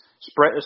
spread